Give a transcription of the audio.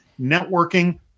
Networking